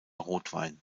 rotwein